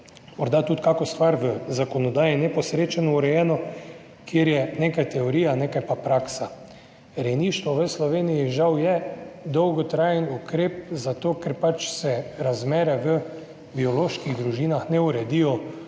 morda tudi kakšno stvar v zakonodaji neposrečeno urejeno, kjer je nekaj teorija, nekaj pa praksa. Rejništvo v Sloveniji je žal dolgotrajen ukrep, zato ker se razmere v bioloških družinah ne uredijo